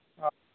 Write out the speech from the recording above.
ᱚ